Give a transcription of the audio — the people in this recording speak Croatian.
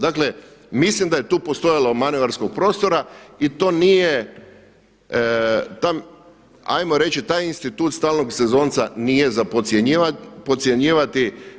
Dakle, mislim da je tu postojalo manevarskog prostora i to nije ajmo reći taj institut stalnog sezonca nije za podcjenjivati.